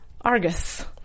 Argus